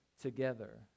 together